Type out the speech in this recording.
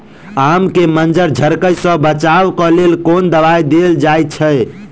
आम केँ मंजर झरके सऽ बचाब केँ लेल केँ कुन दवाई देल जाएँ छैय?